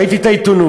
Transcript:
ראיתי את העיתונות,